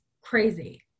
crazy